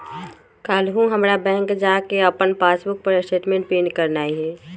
काल्हू हमरा बैंक जा कऽ अप्पन पासबुक पर स्टेटमेंट प्रिंट करेनाइ हइ